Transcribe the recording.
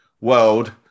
world